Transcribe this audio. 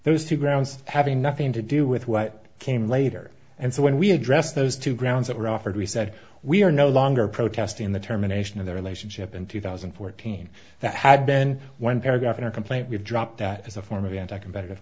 those two grounds having nothing to do with what came later and so when we addressed those two grounds that were offered we said we are no longer protesting the terminations of the relationship in two thousand and fourteen that had been one paragraph in our complaint we dropped that as a form of anti competitive